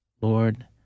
Lord